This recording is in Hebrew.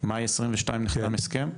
מאי 22 נחתם הסכם?